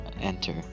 enter